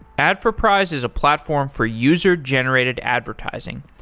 adforprize is a platform for user-generated advertising.